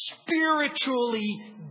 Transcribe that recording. spiritually